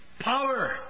power